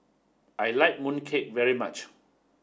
I like mooncake very much